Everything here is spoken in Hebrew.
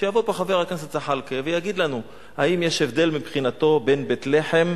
שיבוא פה חבר הכנסת זחאלקה ויגיד לנו האם יש הבדל מבחינתו בין בית-לחם